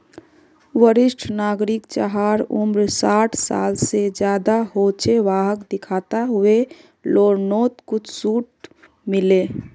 वरिष्ठ नागरिक जहार उम्र साठ साल से ज्यादा हो छे वाहक दिखाता हुए लोननोत कुछ झूट मिले